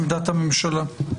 עמדת הממשלה.